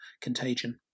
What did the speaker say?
contagion